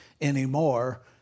anymore